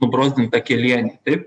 nubrozdintą kelienį taip